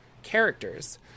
characters